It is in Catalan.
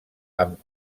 amb